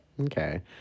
Okay